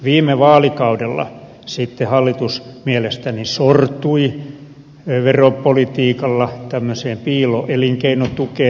viime vaalikaudella sitten hallitus mielestäni sortui veropolitiikalla tämmöiseen piiloelinkeinotukeen